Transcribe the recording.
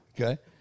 Okay